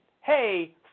hey